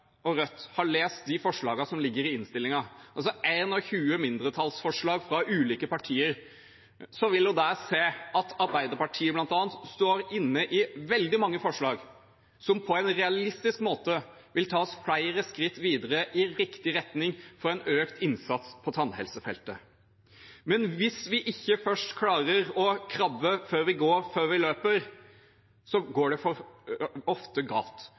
Og hvis Aydar og Rødt har lest de forslagene som ligger i innstillingen, altså 21 mindretallsforslag fra ulike partier, vil hun ha sett at bl.a. Arbeiderpartiet står inne i veldig mange forslag som på en realistisk måte vil ta oss flere skritt videre i riktig retning for en økt innsats på tannhelsefeltet. Men hvis vi ikke først klarer å krabbe før vi går, før vi løper, går det ofte galt.